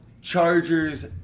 Chargers